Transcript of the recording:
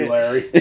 Larry